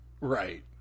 Right